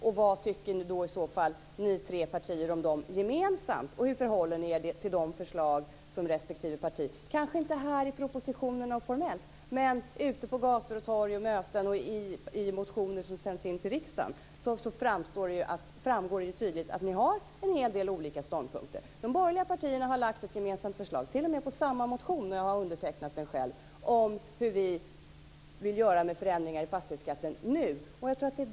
Vad ni tycker ni tre partier i så fall om dessa förändringar gemensamt? Hur förhåller ni er som respektive parti till de förslag som framförs - inte bara i propositionen rent formellt - ute på gator och torg, på möten och i motioner till riksdagen? Där framgår det tydligt att ni har en hel del olika ståndpunkter. De borgerliga partierna har lagt fram ett gemensamt förslag t.o.m. baserat på samma motion - jag har undertecknat den själv - om vilka förändringar i fastighetsskatten som vi vill göra nu.